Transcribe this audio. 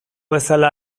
bezala